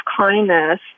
kindness